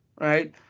right